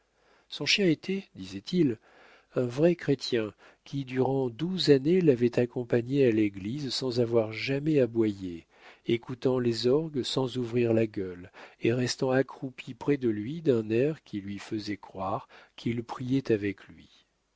son chien était disait-il un vrai chrétien qui durant douze années l'avait accompagné à l'église sans avoir jamais aboyé écoutant les orgues sans ouvrir la gueule et restant accroupi près de lui d'un air qui lui faisait croire qu'il priait avec lui